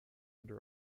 under